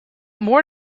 more